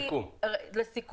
סיכום.